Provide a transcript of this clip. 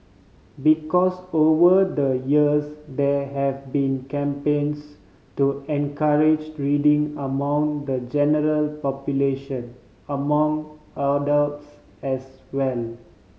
because over the years there have been campaigns to encourage reading among the general population among adults as well